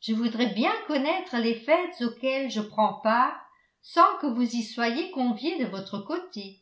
je voudrais bien connaître les fêtes auxquelles je prends part sans que vous y soyez convié de votre côté